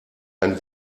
ein